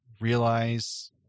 realize